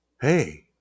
hey